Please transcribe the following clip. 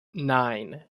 nine